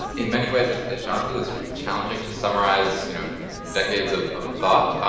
in many ways, as ah jon said, it's sort of challenging to summarize you know decades of of thought.